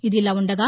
ఇలా ఉండగా